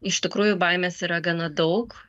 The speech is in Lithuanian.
iš tikrųjų baimės yra gana daug